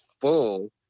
full